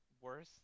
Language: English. worse